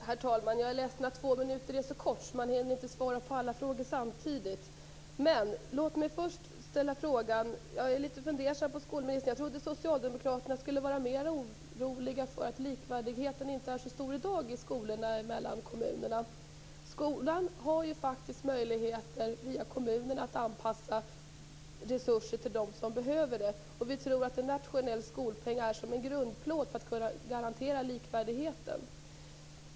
Herr talman! Jag är ledsen att repliktiden är så kort som två minuter så att man inte hinner svara på alla frågor. Men låt mig först ställa en fråga. Jag är fundersam över skolministern. Jag trodde att socialdemokraterna skulle vara mera oroliga för att likvärdigheten inte är så stor i skolorna mellan kommunerna. Skolan har ju möjlighet att via kommunen anpassa resurser till dem som behöver dem. Vi tror att en nationell skolpeng är en grundplåt för att kunna garantera likvärdigheten.